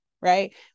right